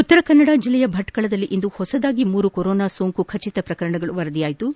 ಉತ್ತರಕನ್ನಡ ಜಿಲ್ಲೆಯ ಭಟ್ಕಳದಲ್ಲಿ ಇಂದು ಹೊಸದಾಗಿ ಮೂರು ಕೊರೊನಾ ಸೋಂಕಿನ ಖಟಿತ ಪ್ರಕರಣ ವರದಿಯಾಗಿದ್ದು